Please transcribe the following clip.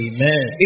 Amen